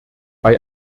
bei